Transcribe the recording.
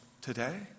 today